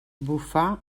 bufar